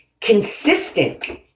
consistent